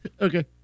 Okay